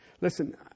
Listen